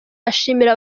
ashimira